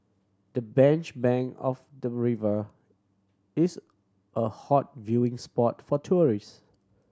the bench bank of the river is a hot viewing spot for tourists